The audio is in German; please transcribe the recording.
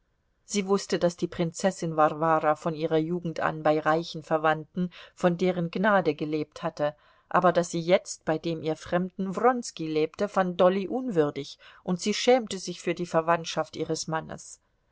sie wußte daß die prinzessin warwara von ihrer jugend an bei reichen verwandten von deren gnade gelebt hatte aber daß sie jetzt bei dem ihr fremden wronski lebte fand dolly unwürdig und sie schämte sich für die verwandtschaft ihres mannes